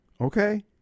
Okay